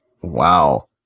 Wow